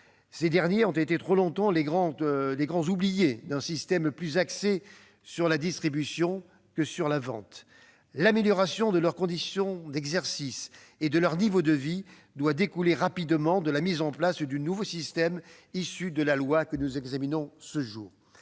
Ces derniers ont été trop longtemps les grands oubliés d'un système plus axé sur la distribution que sur la vente. L'amélioration de leurs conditions d'exercice et de leur niveau de vie doit rapidement découler de la mise en place du nouveau système issu du texte que nous examinons ce jour.